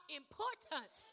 important